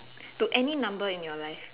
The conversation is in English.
to any number in your life